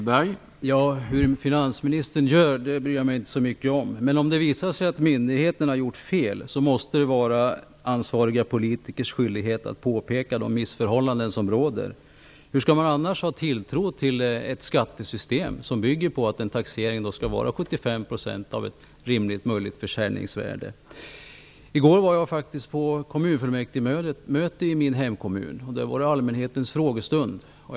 Herr talman! Hur finansministern gör bryr jag mig inte så mycket om. Men om det visar sig att myndigheterna gjort fel måste det vara ansvariga politikers skyldighet att påpeka de missförhållanden som råder. Hur skall man kunna ha tilltro till ett skattesystem som bygger på att taxeringen skall vara 75 % av ett rimligt möjligt försäljningsvärde? I går var jag faktiskt på kommunfullmäktigemöte i min hemkommun. Det var allmänhetens frågestund.